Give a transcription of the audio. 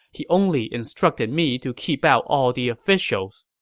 he only instructed me to keep out all the officials.